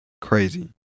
crazy